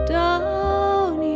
down